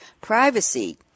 Privacy